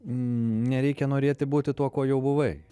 nereikia norėti būti tuo kuo jau buvai